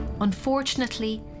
Unfortunately